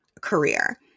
career